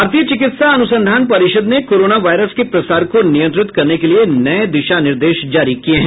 भारतीय चिकित्सा अनुसंधान परिषद ने कोरोना वायरस के प्रसार को नियंत्रित करने के लिए नए दिशा निर्देश जारी किया है